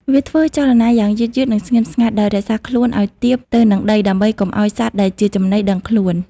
វាធ្វើចលនាយ៉ាងយឺតៗ និងស្ងៀមស្ងាត់ ដោយរក្សាខ្លួនឲ្យទាបទៅនឹងដី ដើម្បីកុំឲ្យសត្វដែលជាចំណីដឹងខ្លួន។